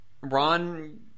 Ron